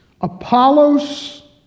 Apollos